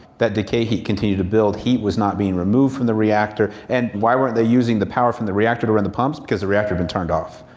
that decay he continued to build. heat was not being removed from the reactor. and why weren't they using the power from the reactor in the pumps? because the reactor been turned off.